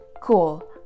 Cool